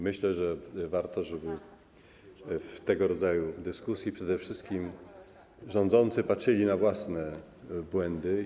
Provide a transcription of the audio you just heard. Myślę, że warto, żeby w tego rodzaju dyskusji przede wszystkim rządzący patrzyli na własne błędy.